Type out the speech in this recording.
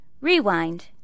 Rewind